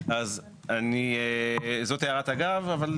אז זאת הערת אגב.